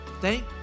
Thank